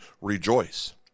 rejoice